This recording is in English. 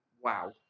wow